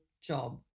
job